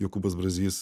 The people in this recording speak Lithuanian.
jokūbas brazys